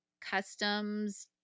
Customs